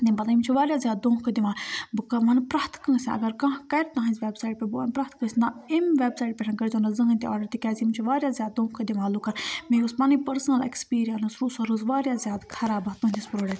یِم چھِ واریاہ زیادٕ دھوکہٕ دِوان بہٕ وَنہٕ پرٛٮ۪تھ کٲنٛسہِ اگر کانٛہہ کَرِ تُہٕنٛزِ وٮ۪بسایٹہِ پٮ۪ٹھ بہٕ وَنہٕ پرٛٮ۪تھ کٲنٛسہِ نہ اَمہِ وٮ۪بسایٹہِ پٮ۪ٹھ کٔرۍزیو نہٕ زٕہٕنۍ تہِ آڈَر تِکیٛازِ یِم چھِ واریاہ زیادٕ دھوکہٕ دِوان لُکَن مےٚ یۄس پَنٕنۍ پٔرسٕنَل اٮ۪کٕسپیٖریَنٕس روٗز سۄ روٗز واریاہ زیادٕ خراب اَتھ تُہٕنٛدِس پرٛوڈَکٹَس